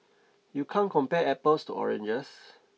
you can't compare apples to oranges